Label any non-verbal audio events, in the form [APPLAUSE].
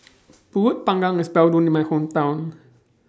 [NOISE] Pulut Panggang IS Bell known in My Hometown [NOISE]